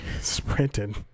sprinting